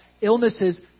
illnesses